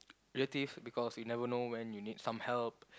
relatives because you never know when you need some help